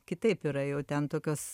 kitaip yra jau ten tokios